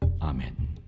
Amen